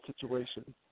situation